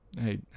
hey